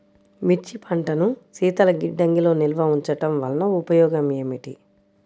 మిర్చి పంటను శీతల గిడ్డంగిలో నిల్వ ఉంచటం వలన ఉపయోగం ఏమిటి?